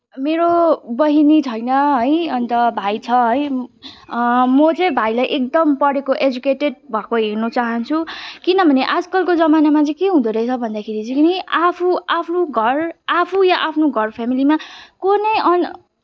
मेरो बहिनी छैन है अन्त भाइ छ है म चाहिँ भाइलाई एकदम पढेको एजुकेटेड भएको हेर्न चाहन्छु किनभने आजकलको जमानामा चाहिँ के हुँदोरहेछ भन्दैखेरि चाहिँ नि आफू आफ्नो घर आफू या आफ्नो घर फेमिलीमा को नै अन